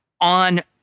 On